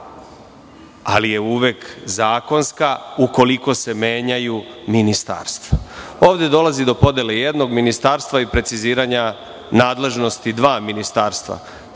ali je uvek zakonska ukoliko se menjaju ministarstva. Ovde dolazi do podele jednog ministarstva i preciziranja nadležnosti dva ministarstva.